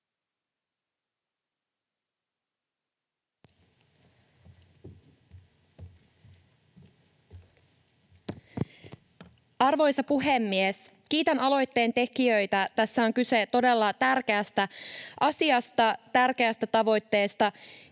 Arvoisa puhemies! Kiitän aloitteen tekijöitä. Tässä on kyse todella tärkeästä asiasta, tärkeästä tavoitteesta